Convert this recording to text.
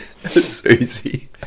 Susie